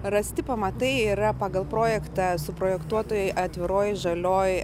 rasti pamatai yra pagal projektą suprojektuotoj atviroj žalioj